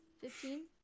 Fifteen